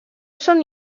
són